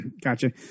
Gotcha